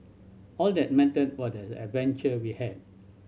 all that mattered was the adventure we had